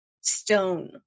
stone